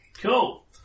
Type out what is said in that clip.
Cool